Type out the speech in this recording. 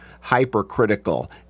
hypercritical